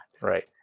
Right